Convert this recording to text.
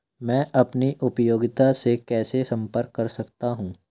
मैं अपनी उपयोगिता से कैसे संपर्क कर सकता हूँ?